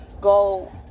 go